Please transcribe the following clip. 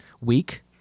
week